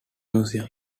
museum